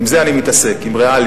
עם זה אני מתעסק, עם ריאליה.